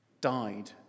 died